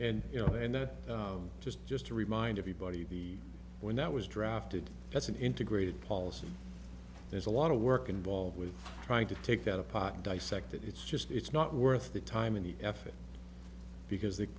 and you know and just just to remind everybody the when that was drafted that's an integrated policy there's a lot of work involved with trying to take that apart dissect it it's just it's not worth the time and effort because the